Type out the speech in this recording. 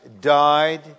died